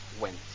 went